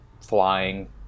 flying